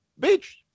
bitch